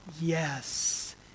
yes